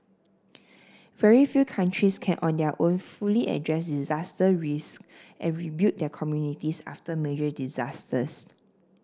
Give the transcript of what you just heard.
very few countries can on their own fully address disaster risk and rebuild their communities after major disasters